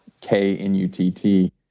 K-N-U-T-T